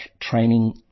training